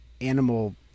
animal